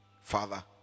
father